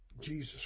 Jesus